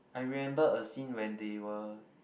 I remember a scene when they were